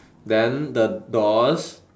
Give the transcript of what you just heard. then the doors